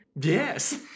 Yes